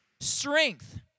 strength